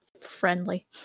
friendly